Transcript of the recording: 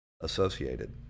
associated